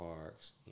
parks